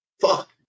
fuck